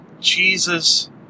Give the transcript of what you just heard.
Jesus